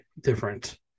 different